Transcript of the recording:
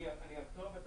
אני הכתובת.